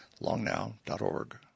longnow.org